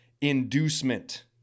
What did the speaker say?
inducement